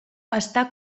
està